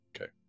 okay